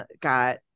got